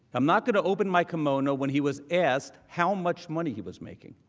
i'm not going to open my kimono when he was asked how much money he was making.